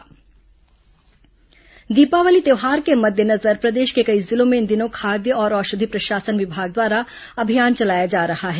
मिठाई नियम दीपावली त्यौहार के मद्देनजर प्रदेश के कई जिलों में इन दिनों खाद्य और औषधि प्रशासन विभाग द्वारा अभियान चलाया जा रहा है